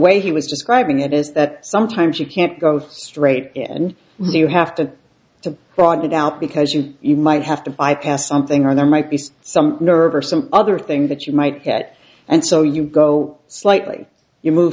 way he was describing it is that sometimes you can't go straight in and you have to to broaden it out because you you might have to bypass something or there might be some nerve or some other thing that you might get and so you go slightly you move